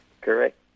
Correct